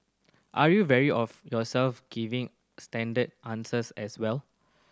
are you wary of yourself giving standard answers as well